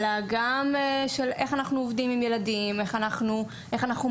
אלא גם של איך אנחנו עובדים עם ילדים; איך אנחנו מאמנים.